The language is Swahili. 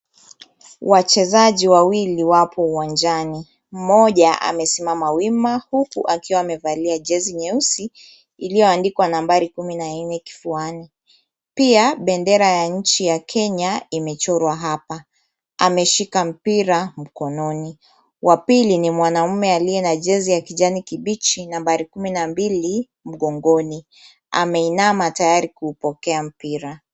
Wachezaji wawili wapo uwanjani. Mmoja amesimama wima huku akiwa amevalia jezi nyeusi ilioandikwa nambari kumi na nne kifuani pia bendera ya nchi ya Kenya imechorwa hapa ameshika mpira mkononi, wa pili ni mwanamume aliye na jezi ya kijani kibichi nambari kumi na mbili mgongoni ameinama tayari kuupokea mpira.